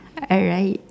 alright